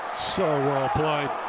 so well ah played.